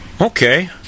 okay